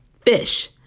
fish